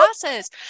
classes